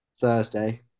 Thursday